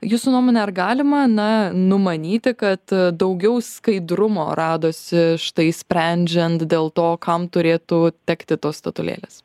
jūsų nuomone ar galima na numanyti kad daugiau skaidrumo radosi štai sprendžiant dėl to kam turėtų tekti tos statulėlės